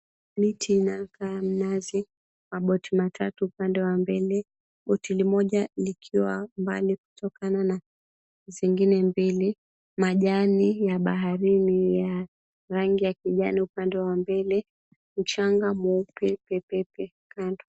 Miti inayokaa mnazi, maboti matatu upande wa mbele. Boti moja likiwa mbali kutokana na zingine mbili, majani ya baharini ya rangi ya kijani upande wa mbele, mchanga mweupe pepepe kando.